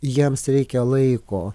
jiems reikia laiko